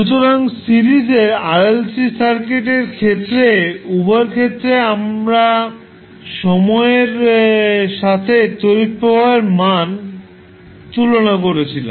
সুতরাং সিরিজের RLC সার্কিটের ক্ষেত্রে উভয়ের ক্ষেত্রে আমরা সময়ের সাথে তড়িৎ প্রবাহের মাণ তুলনা করছিলাম